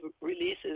releases